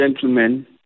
gentlemen